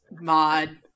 mod